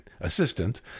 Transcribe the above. assistant